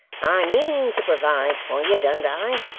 i mean to provide for you, don't i?